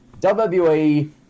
WWE